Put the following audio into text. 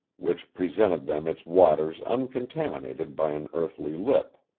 which presented them its waters uncontaminated by an earthly lip.